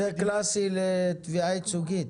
זה מקרה קלאסי לתביעה ייצוגית.